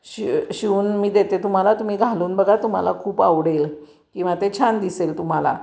शि शिवून मी देते तुम्हाला तुम्ही घालून बघा तुम्हाला खूप आवडेल किंवा ते छान दिसेल तुम्हाला